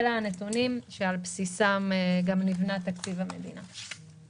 אלה הנתונים שעל בסיסם נבנה תקציב המדינה.